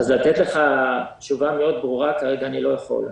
לתת לך תשובה ברורה מאוד כרגע אני לא יכול.